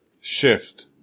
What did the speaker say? shift